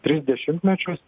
tris dešimtmečius